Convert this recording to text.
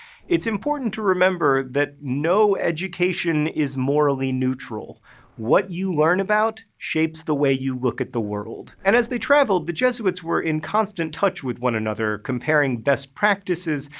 it's important to remember that no education is morally neutral what you learn about shapes the way you look at the world. and as they traveled, the jesuits were in constant touch with one another comparing best practices,